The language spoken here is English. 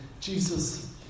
Jesus